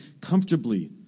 comfortably